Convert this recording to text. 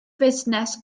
fusnes